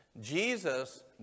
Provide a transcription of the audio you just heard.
Jesus